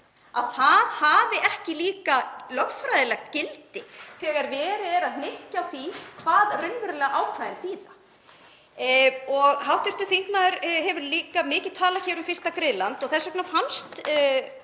að það hafi ekki líka lögfræðilegt gildi þegar verið er að hnykkja á því hvað ákvæðin þýða raunverulega. Hv. þingmaður hefur líka mikið talað um fyrsta griðland og þess vegna fannst